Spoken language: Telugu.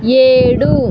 ఏడు